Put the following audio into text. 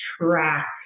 track